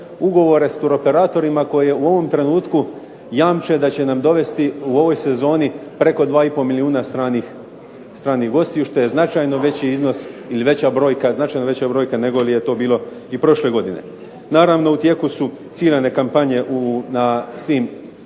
ugovore s tour operatorima koji u ovom trenutku jamče da će nam dovesti u ovoj sezoni preko 2,5 milijuna stranih gostiju što je značajno veći iznos ili značajno veća brojka nego li je to bilo i prošle godine. Naravno, u tijeku su ciljane kampanje na